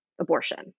abortion